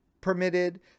permitted